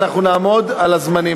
ואנחנו נעמוד על הזמנים,